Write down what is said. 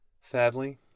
Sadly